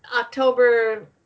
October